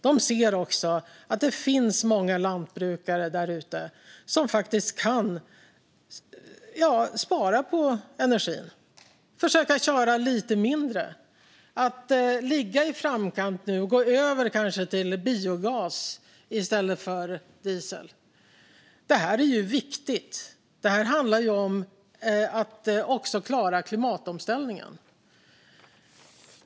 De ser att det finns många lantbrukare där ute som kan spara på energin och som kan försöka köra lite mindre. Man kan ligga i framkant och kanske gå över till att använda biogas i stället för diesel. Det här är viktigt. Det handlar också om att klara klimatomställningen.